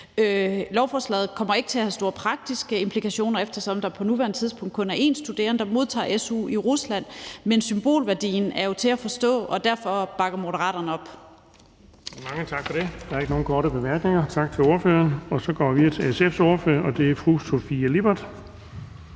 Lovforslaget kommer ikke til at have store praktiske implikationer, eftersom der på nuværende tidspunkt kun er én studerende, der modtager su i Rusland, men symbolværdien er jo til at forstå, og derfor bakker Moderaterne op.